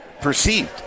perceived